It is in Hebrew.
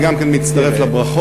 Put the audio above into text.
אני גם כן מצטרף לברכות,